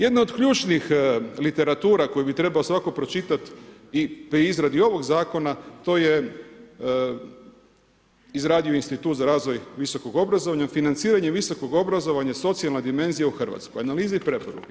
Jedno od ključnih literatura, koje bi svatko pročitati, pri izradi ovog zakona, to je izradio institut za razvoj visokog obrazovanja, financiranjem visokog obrazovanja, socijalna dimenzija u Hrvatskoj, analize i preporuke.